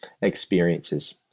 experiences